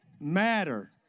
matter